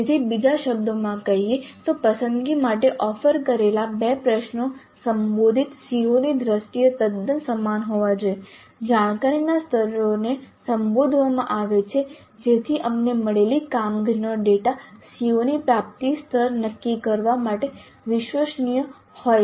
તેથી બીજા શબ્દોમાં કહીએ તો પસંદગી માટે ઓફર કરેલા 2 પ્રશ્નો સંબોધિત CO ની દ્રષ્ટિએ તદ્દન સમાન હોવા જોઈએ જાણકારીના સ્તરોને સંબોધવામાં આવે છે જેથી અમને મળેલી કામગીરીનો ડેટા CO ની પ્રાપ્તિ સ્તર નક્કી કરવા માટે વિશ્વસનીય હોય